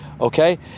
Okay